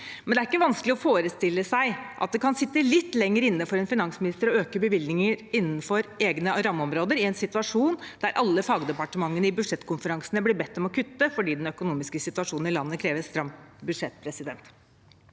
Men det er ikke vanskelig å forestille seg at det kan sitte litt lenger inne for en finansminister å øke bevilgningene innenfor egne rammeområder i en situasjon der alle fagdepartementene i budsjettkonferansene blir bedt om å kutte fordi den økonomiske situasjonen i landet krever et stramt budsjett.